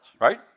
right